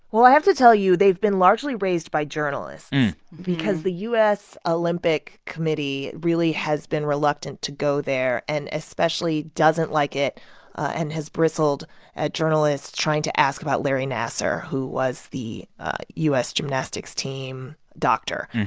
well, i have to tell you, they've been largely raised by journalists because the u s. ah olympic committee really has been reluctant to go there, and especially doesn't like it and has bristled at journalists trying to ask about larry nassar, who was the u s. gymnastics team doctor.